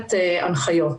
נותנת הנחיות.